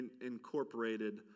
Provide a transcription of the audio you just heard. incorporated